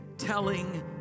Telling